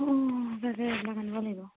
অঁ তাকে সেইবিলাক আনিব লাগিব